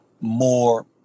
more